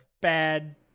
bad